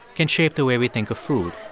can shape the way we think of food.